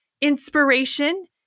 inspiration